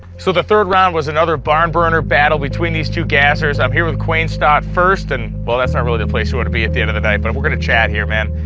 so the third round was another barn burner battle between these two gassers i'm here with quain stott first and, well that's not really the place you want to be at the at and the night but we're going to chat here man.